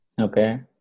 Okay